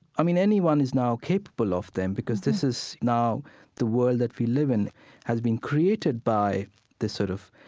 i mean, anyone is now capable of them, because this is now the world that we live in. it has been created by this sort of,